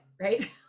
right